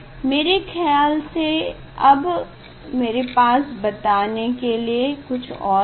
मेरे ख्याल से अब मेरे पास बताने के लिए कुछ और नहीं